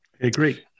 agree